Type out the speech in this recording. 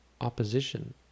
opposition